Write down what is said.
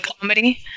comedy